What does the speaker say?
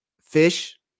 fish